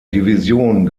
division